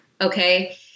Okay